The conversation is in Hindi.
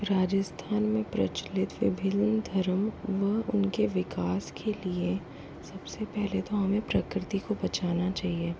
राजस्थान में प्रचलित विभिन्न धर्म व उनके विकास के लिए सबसे पहले तो हमें प्रकृति को बचाना चाहिए